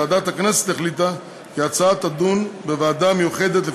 ועדת הכנסת החליטה כי ההצעה תידון בוועדה מיוחדת,